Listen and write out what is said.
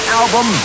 album